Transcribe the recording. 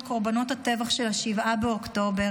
את קורבנות הטבח של 7 באוקטובר,